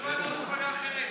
שלא יעבור למפלגה אחרת.